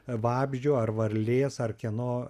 vabzdžio ar varlės ar kieno